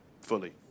fully